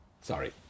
Sorry